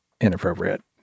inappropriate